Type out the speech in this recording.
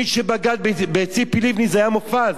מי שבגד בציפי לבני זה היה מופז,